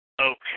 Okay